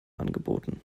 angeboten